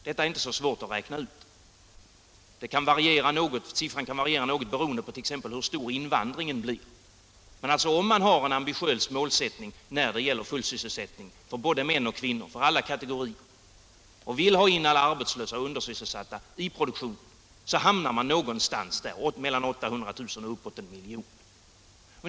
Detta är inte så svårt att räkna ut. Siffran kan variera något, t.ex. beroende på Samordnad hur stor invandringen blir. Men om man har ett ambitiöst mål när det = sysselsättnings och gäller full sysselsättning för både män och kvinnor, för alla kategorier, och = regionalpolitik vill ha in alla arbetslösa och undersysselsatta i produktionen, hamnar man som sagt någonstans mellan 800 000 och närmare 1 miljon jobb.